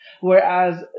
Whereas